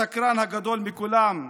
השקרן הגדול מכולם,